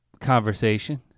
conversation